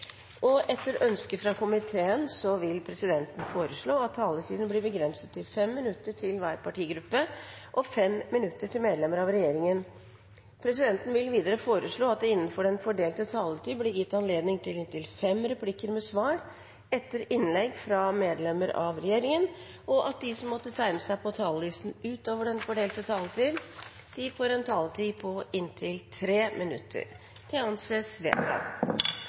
og kulturkomiteen vil presidenten foreslå at taletiden blir begrenset til 5 minutter til hver partigruppe og 5 minutter til medlemmer av regjeringen. Videre vil presidenten foreslå at det – innenfor den fordelte taletid – blir gitt anledning til inntil fem replikker med svar etter innlegg fra medlemmer av regjeringen, og at de som måtte tegne seg på talerlisten utover den fordelte taletid, får en taletid på inntil 3 minutter. – Det anses vedtatt.